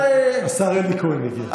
השר אלי כהן הגיע.